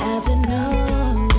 Afternoon